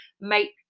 make